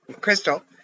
Crystal